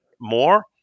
more